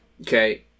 Okay